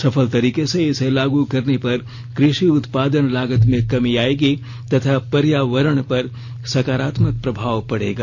सफल तरीके से इसे लागू करने पर कृषि उत्पादन लागत में कमी आयेगी तथा पर्यावरण पर सकारात्मक प्रभाव पडेगा